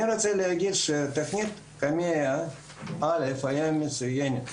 אני רוצה להגיד שתכנית קמ"ע א' היתה מצויינת.